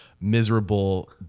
miserable